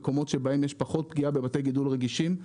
במקומות שבהם יש פחות פגיעה בבתי גידול רגישים.